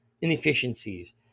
inefficiencies